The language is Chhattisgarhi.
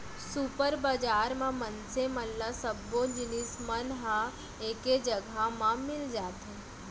सुपर बजार म मनसे मन ल सब्बो जिनिस मन ह एके जघा म मिल जाथे